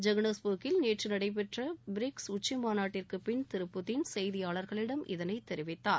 ஜோகன்னஸ்பர்கில் நேற்று நடைபெற்ற பிரிக்ஸ் உச்சி மாநாட்டிற்கு பின் திரு புட்டின் செய்தியாளர்களிடம் இதனைத் தெரிவித்தார்